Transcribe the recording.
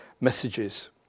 messages